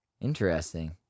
Interesting